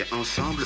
ensemble